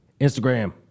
Instagram